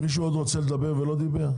עוד מישהו רוצה לדבר ולא דיבר?